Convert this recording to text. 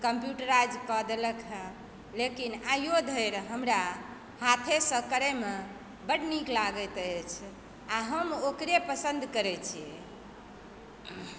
computerise कऽ देलक हँ लेकिन आइयो धरि हमरा हाथेसँ करैमे बड्ड नीक लागैत अछि आ हम ओकरे पसन्द करैत छी